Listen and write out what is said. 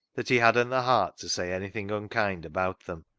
that he hadn't the heart to say anything unkind about them,